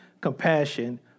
compassion